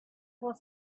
was